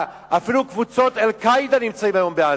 אפילו קבוצות "אל-קאעידה" נמצאות היום בעזה.